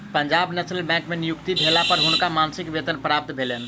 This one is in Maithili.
पंजाब नेशनल बैंक में नियुक्ति भेला पर हुनका मासिक वेतन प्राप्त भेलैन